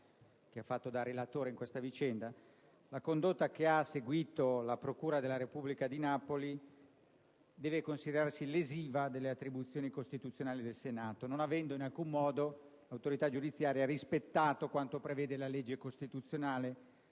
nell'ambito di questo procedimento), la condotta che ha seguito la procura della Repubblica di Napoli deve considerarsi lesiva delle attribuzioni costituzionali del Senato, non avendo in alcun modo l'autorità giudiziaria rispettato quanto prevede la legge costituzionale